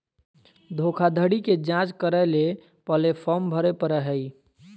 धोखाधड़ी के जांच करय ले पहले फॉर्म भरे परय हइ